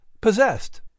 possessed